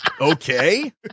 Okay